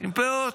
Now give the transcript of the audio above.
עם פאות,